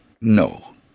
No